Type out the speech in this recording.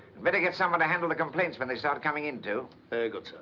better get someone to handle the complaints when they start coming in too. very good,